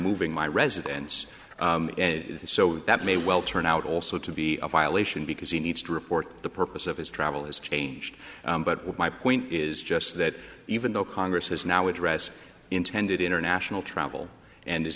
moving my residence and so that may well turn out also to be a violation because he needs to report the purpose of his travel has changed but my point is just that even though congress has now address intended international travel and is